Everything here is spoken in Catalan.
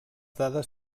dades